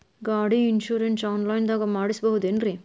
ಗಾಡಿ insurance online ದಾಗ ಮಾಡಸ್ಬಹುದೆನ್ರಿ?